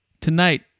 tonight